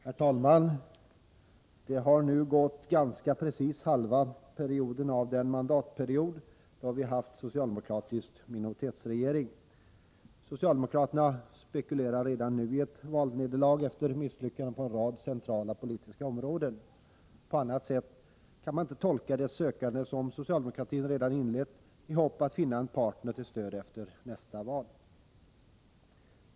Herr talman! Det har nu gått ganska precis halva tiden av en mandatperiod med socialdemokratisk minoritetsregering. Socialdemokraterna spekulerar redan nu i ett valnederlag efter misslyckanden på en rad centrala politiska områden. På annat sätt kan man inte tolka det sökande som socialdemokratin redan inlett i hopp om att finna en partner till stöd efter nästa val.